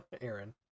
Aaron